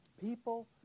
People